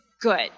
good